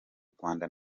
rwanda